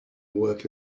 work